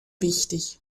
wichtig